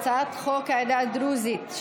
הצעת חוק העדה הדרוזית,